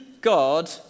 God